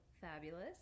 fabulous